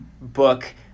book